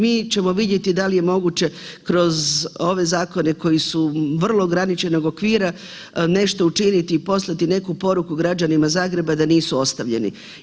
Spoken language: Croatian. Mi ćemo vidjeti da li je moguće kroz ove zakone koji su vrlo ograničenog okvira nešto učiniti i poslati neku poruku građanima Zagreba da nisu ostavljeni.